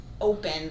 open